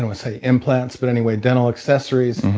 and say implants, but any way dental accessories,